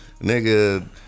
nigga